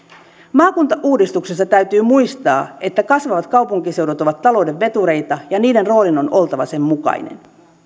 maakuntauudistuksessa täytyy muistaa että kasvavat kaupunkiseudut ovat talouden vetureita ja niiden roolin on oltava sen mukainen